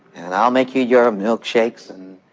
and i'll make you your milkshakes. and